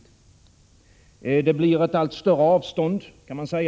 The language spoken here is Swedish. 1986/87:104 Man kan säga att det blir ett allt större avstånd